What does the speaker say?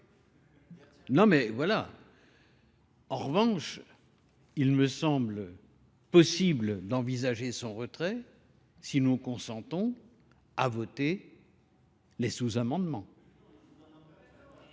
mon amendement. En revanche, il me semble possible d'envisager son retrait si nous consentons à voter les sous-amendements.